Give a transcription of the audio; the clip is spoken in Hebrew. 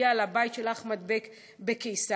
שהגיעה לבית של אחמד בק בקיסריה.